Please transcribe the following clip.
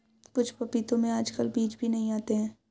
कुछ पपीतों में आजकल बीज भी नहीं आते हैं